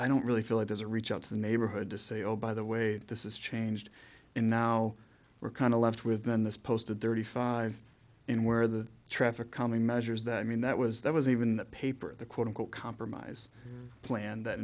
i don't really feel like there's a reach out to the neighborhood to say oh by the way this is changed in now we're kind of left with then this posted thirty five in where the traffic calming measures that i mean that was that was even in the paper the cortical compromise plan that